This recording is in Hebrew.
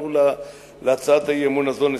אנחנו להצעת האי-אמון הזאת נסרב.